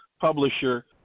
publisher